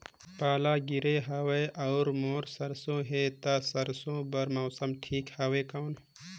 पाला गिरे हवय अउर मोर सरसो हे ता सरसो बार मौसम ठीक हवे कौन?